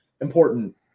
important